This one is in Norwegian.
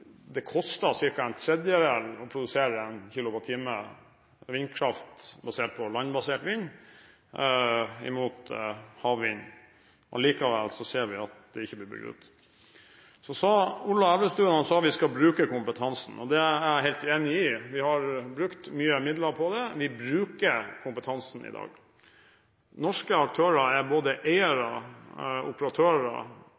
det koster ca. en tredjedel å produsere 1 KWh vindkraft basert på landbasert vind, sammenlignet med havvind. Likevel ser vi at det ikke blir bygd ut. Ola Elvestuen sa at vi skal bruke kompetansen, og det er jeg helt enig i. Vi har brukt mye midler på det. Vi bruker kompetansen i dag. Norske aktører er både